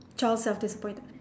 child self dissapointed